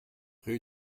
rue